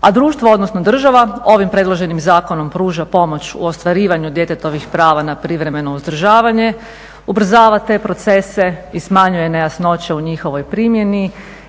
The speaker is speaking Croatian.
A društvo, odnosno država ovim predloženim zakonom pruža pomoć u ostvarivanju djetetovih prava na privremeno uzdržavanje, ubrzava te procese i smanjuje nejasnoće u njihovoj primjeni